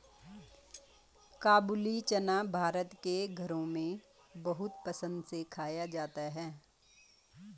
काबूली चना भारत के घरों में बहुत पसंद से खाया जाता है